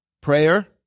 prayer—